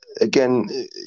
again